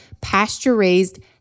pasture-raised